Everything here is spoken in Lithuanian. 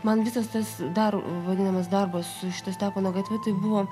man visas tas dar vadinamas darbas su šita stepono gatve tai buvo